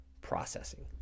Processing